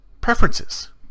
preferences